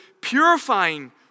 purifying